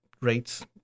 rates